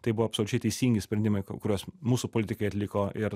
tai buvo absoliučiai teisingi sprendimai kuriuos mūsų politikai atliko ir